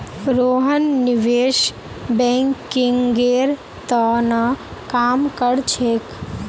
रोहन निवेश बैंकिंगेर त न काम कर छेक